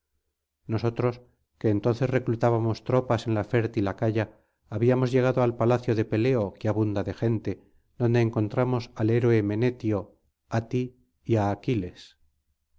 nosotros que entonces reclutábamos tropas en la fértil acaya habíamos llegado al palacio de peleo que abundaba de gente donde encontramos al héroe menetio á ti y á aquiles